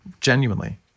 Genuinely